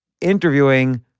interviewing